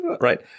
Right